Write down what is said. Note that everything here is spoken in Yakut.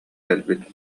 кэлбит